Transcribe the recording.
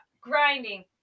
grinding